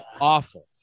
awful